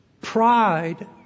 Pride